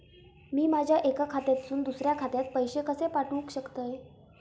मी माझ्या एक्या खात्यासून दुसऱ्या खात्यात पैसे कशे पाठउक शकतय?